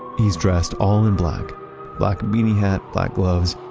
he's dressed all in black black beanie hat, black gloves.